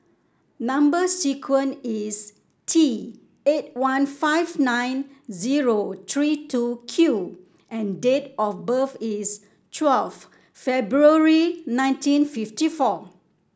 number sequence is T eight one five nine zero three two Q and date of birth is twelve February nineteen fifty four